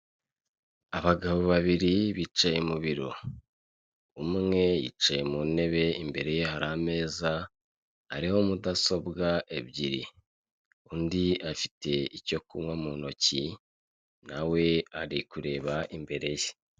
Abagabo babiri bicaye mu biro umwe yicaye mu ntebe imbere ye hari ameza ariho mudasobwa ebyiri undi afite icyo kunywa mu ntoki nawe ari kureba imbere ye.